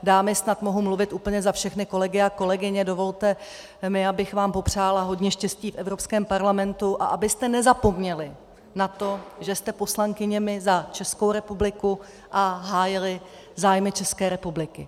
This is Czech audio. Dámy, snad mohu mluvit úplně za všechny kolegy a kolegyně, dovolte mi, abych vám popřála hodně štěstí v Evropském parlamentu a abyste nezapomněly na to, že jste poslankyněmi za Českou republiku a hájily zájmy České republiky.